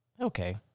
Okay